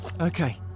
Okay